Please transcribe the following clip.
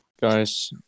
Guys